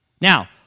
Now